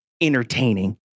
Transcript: entertaining